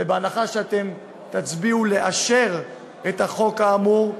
ובהנחה שאתם תצביעו בעד אישור החוק האמור,